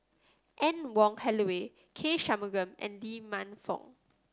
Anne Wong Holloway K Shanmugam and Lee Man Fong